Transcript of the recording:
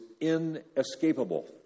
inescapable